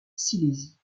silésie